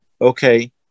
okay